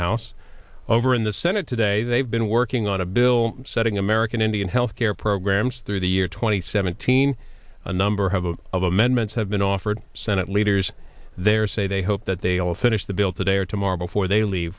house over in the senate today they've been working on a bill setting american indian health care programs through the year two thousand and seventeen a number have a of amendments have been offered senate leaders there say they hope that they'll finish the bill today or tomorrow before they leave